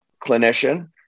clinician